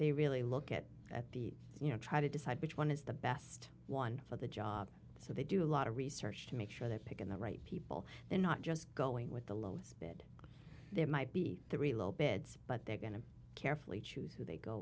they really look at at the you know try to decide which one is the best one for the job so they do a lot of research to make sure they're picking the right people they're not just going with the lowest bid it might be three little bits but they're going to carefully choose who they go